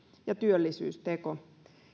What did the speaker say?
ja työllisyysteko